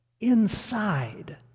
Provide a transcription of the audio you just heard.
inside